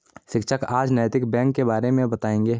शिक्षक आज नैतिक बैंक के बारे मे बताएँगे